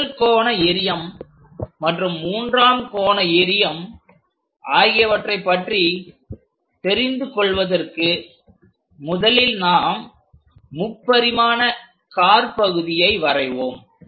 முதல் கோண எறியம் மற்றும் மூன்றாம் கோண எறியம் ஆகியவற்றை பற்றி தெரிந்து கொள்வதற்கு முதலில் நாம் முப்பரிமாண காற்பகுதியை வரைவோம்